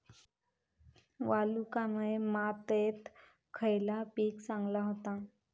वालुकामय मातयेत खयला पीक चांगला होता?